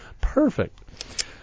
Perfect